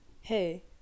Hey